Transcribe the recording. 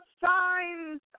signs